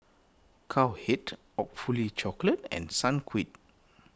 Cowhead Awfully Chocolate and Sunquick